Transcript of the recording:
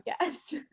Yes